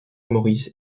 maurice